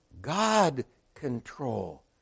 God-control